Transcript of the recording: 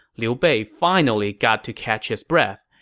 liu bei finally got to catch his breath.